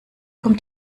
kommt